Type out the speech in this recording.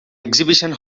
exhibition